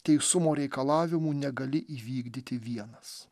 teisumo reikalavimų negali įvykdyti vienas